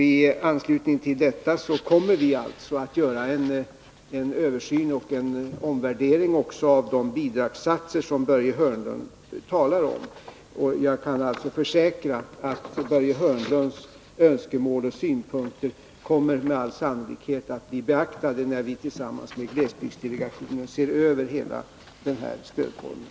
I anslutning härtill kommer vi att göra ny översyn och en omvärdering av de bidragssatser som Börje Hörnlund talar om. Jag kan alltså försäkra att Börje Hörnlunds önskemål och synpunkter med all sannolikhet kommer att beaktas när vi tillsammans med glesbygdsdelegationen ser över den här stödformen.